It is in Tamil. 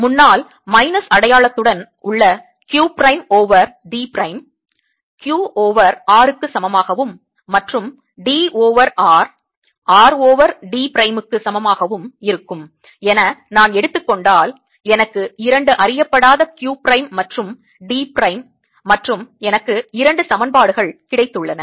முன்னால் மைனஸ் அடையாளத்துடன் உள்ள q prime over d prime q over r க்கு சமமாகவும் மற்றும் d over R R over d prime க்கு சமமாகவும் இருக்கும் என நான் எடுத்துக்கொண்டால் எனக்கு இரண்டு அறியப்படாத q பிரைம் மற்றும் d பிரைம் மற்றும் எனக்கு இரண்டு சமன்பாடுகள் கிடைத்துள்ளன